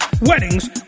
weddings